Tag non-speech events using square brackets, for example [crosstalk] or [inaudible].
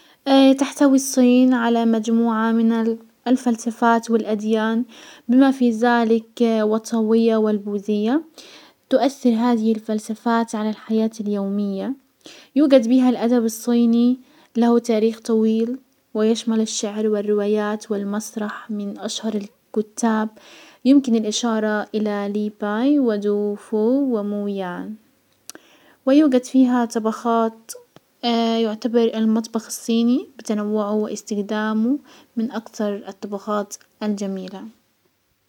[hesitation] تحتوي الصين على مجموعة من الفلسفات والاديان بما في زلك وتوية والبوذية. تؤسر هذه الفلسفات على الحياة اليومية، يوجد بها الادب الصيني له تاريخ طويل، ويشمل الشعر والروايات والمسرح. من اشهر الكتاب يمكن الاشارة الى لي باي و دوفو ومويان، ويوجد فيها طبخات [hesitation] يعتبر المطبخ الصيني بتنوعه واستخدامه من اكتر الطبخات الجميلة.